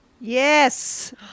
yes